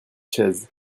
chaises